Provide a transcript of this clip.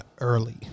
early